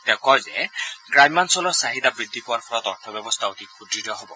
তেওঁ কয় যে গ্ৰাম্যাঞ্চলৰ চাহিদা বৃদ্ধি পোৱাৰ ফলত অৰ্থব্যৱস্থা অধিক সুদ্ঢ় হ'ব